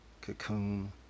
cocoon